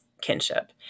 kinship